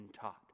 taught